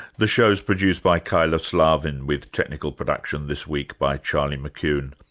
the show is produced by kyla slaven, with technical production this week by charlie mckune.